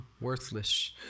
worthless